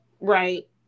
Right